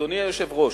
אדוני היושב-ראש,